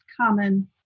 common